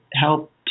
help